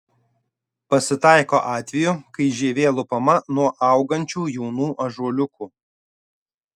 pasitaiko atvejų kai žievė lupama nuo augančių jaunų ąžuoliukų